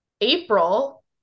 April